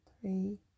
three